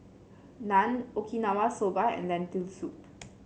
Naan Okinawa Soba and Lentil Soup